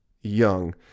young